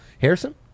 Harrison